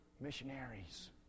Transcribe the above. missionaries